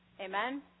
amen